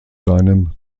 seinem